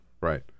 Right